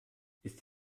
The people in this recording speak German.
ist